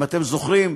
אם אתם זוכרים,